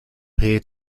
peer